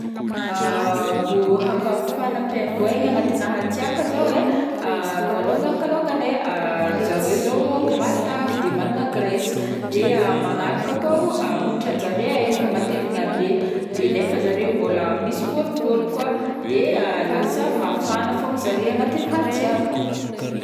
Mbô hampafagna pinguoin agnatina atsiaka zao e, vôlôngany kalongany zareo zao matavy de magnana graisse, de manaraka koa, hoditranjareo efa matevina be nefa zareo mbola misy volovologny koa de lasa mafana zare agnatin'ny hatsiaka.